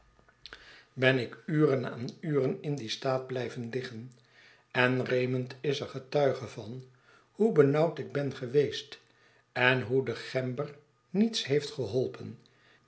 staat geleaan uren in dien staat blij ven liggen en raymond is er getuige van hoe benauwd ik ben geweest en hoe de gember niets heeft geholpen